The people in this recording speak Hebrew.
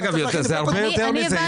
אגב, זה הרבה יותר מזה.